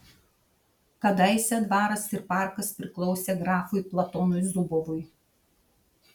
kadaise dvaras ir parkas priklausė grafui platonui zubovui